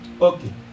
Okay